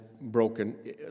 broken